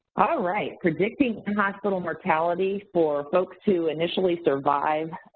alright, predicting hospital mortality for folks who initially survive